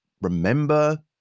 remember